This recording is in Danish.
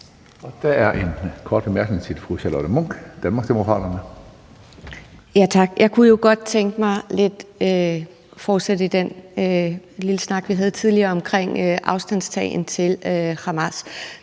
Danmarksdemokraterne. Kl. 10:00 Charlotte Munch (DD): Tak. Jeg kunne jo godt tænke mig at fortsætte den lille snak, vi havde tidligere, om afstandtagen til Hamas.